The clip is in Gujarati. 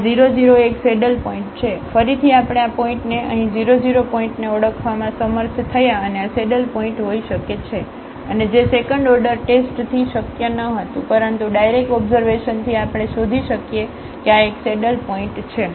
તેથી ફરીથી આપણે આ પોઇન્ટને અહીં 00 પોઇન્ટને ઓળખવામાં સમર્થ થયા અને આ સેડલ પોઇન્ટ હોઈ શકે છે અને જે સેકન્ડ ઓર્ડર ટેસ્ટથી શક્ય ન હતું પરંતુ ડાયરેક્ટ ઓબ્ઝર્વેશન થી આપણે શોધી શકીએ કે આ એક સેડલપોઇન્ટ છે